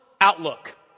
outlook